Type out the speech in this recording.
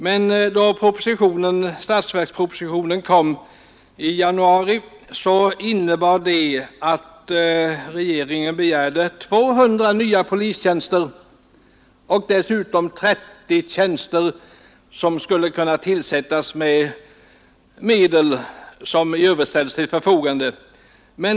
Men då statsverkspropositionen kom i januari innebar den att regeringen begärde 200 nya polistjänster och dessutom 30 tjänster som skulle kunna tillsättas med medel som i övrigt ställdes till förfogande.